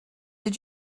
did